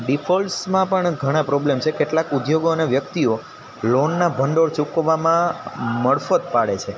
ડિફોલ્ટસમાં પણ ઘણા પ્રોબ્લ્મ છે કેટલાક ઉદ્યોગો અને વ્યક્તિઓ લોનના ભંડોળ ચૂકવવામાં મળફત પાળે છે